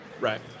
right